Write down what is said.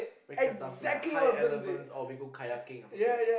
very camp's stuff like high elements or we go kayaking something like that